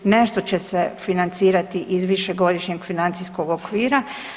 Nešto će se financirati iz višegodišnjeg financijskog okvira.